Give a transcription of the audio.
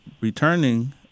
returning